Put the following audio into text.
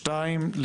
שתיים,